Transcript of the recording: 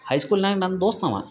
ಹೈಸ್ಕೂಲ್ನ್ಯಾಗ ನನ್ನ ದೋಸ್ತ ಅವಾ